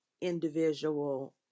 individual